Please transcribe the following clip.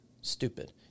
stupid